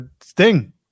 Sting